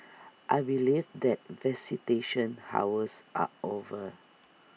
I believe that visitation hours are over